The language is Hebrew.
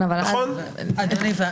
אדוני,